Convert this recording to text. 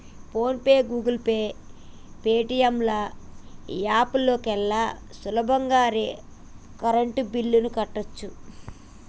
phone pay, Google Pay, Paytm app లోకెల్లి సులువుగా current బిల్లుల్ని కట్టచ్చు